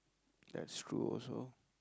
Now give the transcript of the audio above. that's true also